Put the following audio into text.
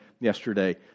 yesterday